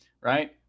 right